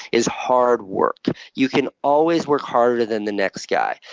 is hard work. you can always work harder than the next guy.